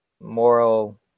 moral